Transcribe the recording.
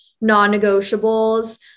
non-negotiables